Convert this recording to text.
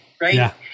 right